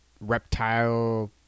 reptile